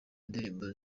ndirimbo